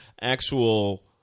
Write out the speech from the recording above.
actual